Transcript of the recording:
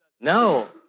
No